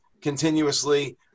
continuously